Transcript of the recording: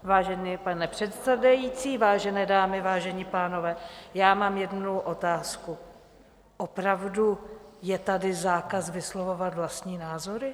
Vážený pane předsedající, vážené dámy, vážení pánové, já mám jednu otázku: Opravdu je tady zákaz vyslovovat vlastní názory?